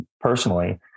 personally